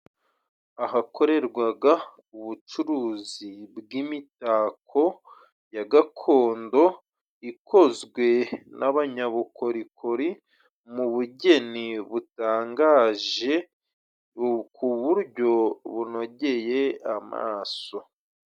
Ahakorerwaga ubucuruzi bw'imitako ya gakondo, ikozwe n'abanyabukorikori mu bugeni butangaje, ku buryo bunogeye amaso.